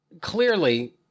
clearly